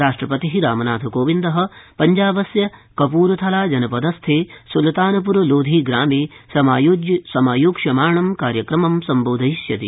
राष्ट्र ति रामनाथकोविन्द ञ्जा स्य क रथला जन दस्थे सुल्तानप्रलोधी ग्रामे समायोक्ष्यमाणं कार्यक्रमं सम्धोधयिष्यति